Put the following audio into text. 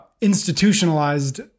institutionalized